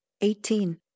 eighteen